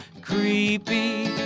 creepy